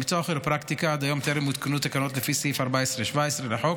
במקצוע הכירופרקטיקה עד היום טרם הותקנו תקנות לפי סעיפים 14 17 לחוק,